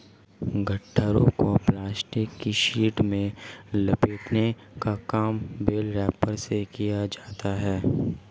गट्ठरों को प्लास्टिक की शीट में लपेटने का काम बेल रैपर से किया जाता है